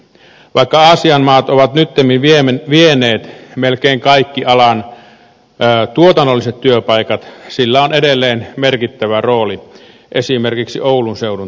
vaikka aasian maat ovat nyttemmin vieneet melkein kaikki alan tuotannolliset työpaikat sillä on edelleen merkittävä rooli esimerkiksi oulun seudun työpaikoissa